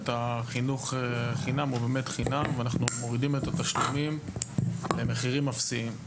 החינוך חינם הוא באמת חינם ואנחנו מורידים את המחירים למחירים אפסיים.